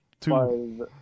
five